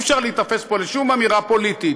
אי-אפשר להיתפס פה לשום אמירה פוליטית,